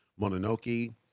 Mononoke